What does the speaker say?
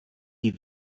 die